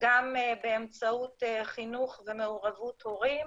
גם באמצעות החינוך ומעורבות הורים